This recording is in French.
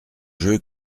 jeu